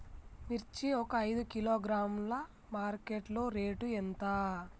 మిర్చి ఒక ఐదు కిలోగ్రాముల మార్కెట్ లో రేటు ఎంత?